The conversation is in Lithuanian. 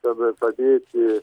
kad padėti